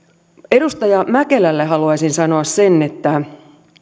edustaja mäkelälle haluaisin sanoa